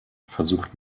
versucht